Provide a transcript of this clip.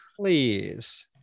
please